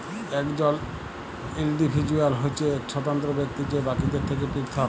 একজল ইল্ডিভিজুয়াল হছে ইক স্বতন্ত্র ব্যক্তি যে বাকিদের থ্যাকে পিরথক